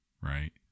right